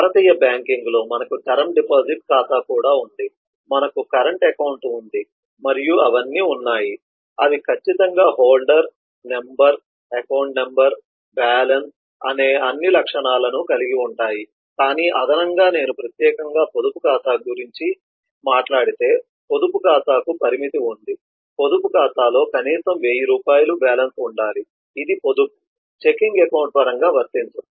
భారతీయ బ్యాంకింగ్లో మనకు term deposit ఖాతా కూడా ఉంది మనకు కరెంట్ అకౌంట్ ఉంది మరియు అవన్నీ ఉన్నాయి అవి ఖచ్చితంగా holder number account number balance అనే అన్ని లక్షణాలను కలిగి ఉంటాయి కానీ అదనంగా నేను ప్రత్యేకంగా పొదుపు ఖాతా గురించి మాట్లాడితే పొదుపు ఖాతాకు పరిమితి ఉంది పొదుపు ఖాతాలో కనీసం 1000 రూపాయల బ్యాలెన్స్ ఉండాలి ఇది పొదుపు చెకింగ్ అకౌంట్ పరంగా వర్తించదు